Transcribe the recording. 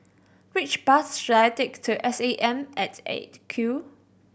which bus should I take to S A M at Eight Q